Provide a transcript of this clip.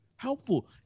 helpful